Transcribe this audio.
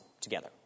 together